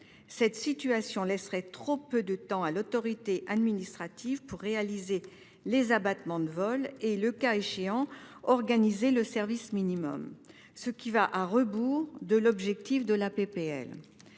Cette situation laisserait trop peu de temps à l'autorité administrative pour réaliser les « abattements » de vol et, le cas échéant, organiser le service minimum, ce qui va à rebours de l'objectif de la